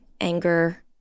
anger